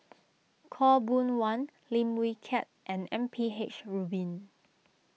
Khaw Boon Wan Lim Wee Kiak and M P H Rubin